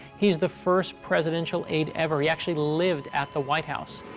he's the first presidential aide ever. he actually lived at the white house.